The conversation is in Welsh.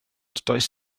does